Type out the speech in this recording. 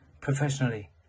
professionally